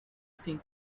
sin